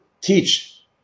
teach